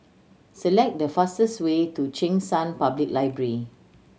select the fastest way to Cheng San Public Library